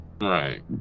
Right